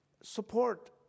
support